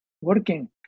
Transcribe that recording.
working